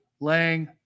Lang